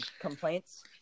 complaints